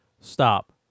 stop